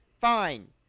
fine